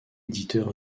éditeurs